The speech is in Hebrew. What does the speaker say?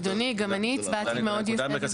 אדוני, גם אני הצבעתי מאוד יפה.